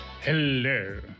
Hello